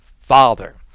father